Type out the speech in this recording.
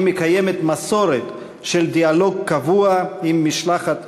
והיא מקיימת מסורת של דיאלוג קבוע עם משלחת